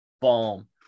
boom